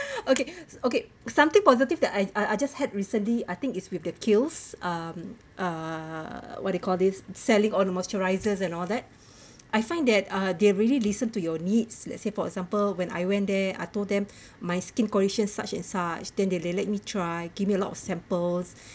okay okay something positive that I I just had recently I think is with the Kiehl's uh uh what you call this selling all the moisturiser and all that I find that uh they're really listen to your needs let's say for example when I went there I told them my skin conditions such as such then they they let me try give me a lot of samples